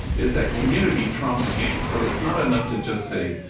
is that community trumps gangs. so it's not enough to just say,